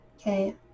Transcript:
Okay